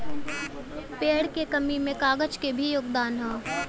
पेड़ क कमी में कागज क भी योगदान हौ